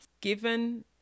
Given